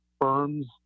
firms